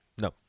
No